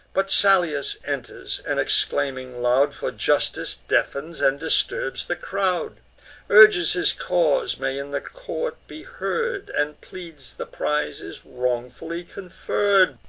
but salius enters, and, exclaiming loud for justice, deafens and disturbs the crowd urges his cause may in the court be heard and pleads the prize is wrongfully conferr'd.